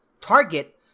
Target